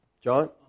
John